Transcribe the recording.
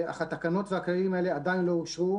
אך התקנות והכללים האלה עדיין לא אושרו,